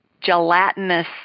gelatinous